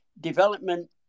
development